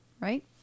Right